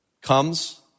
comes